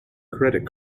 credit